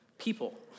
people